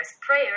prayer